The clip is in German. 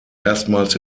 erstmals